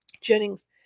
Jennings